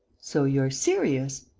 so you're serious?